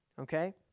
okay